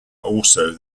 also